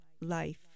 life